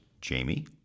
Jamie